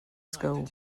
school